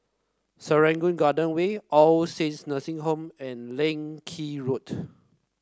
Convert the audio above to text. Serangoon Garden Way All Saints Nursing Home and Leng Kee Road